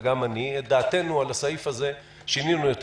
וגם אני את דעתנו על הסעיף הזה שינינו יותר